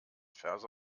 verse